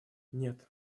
нет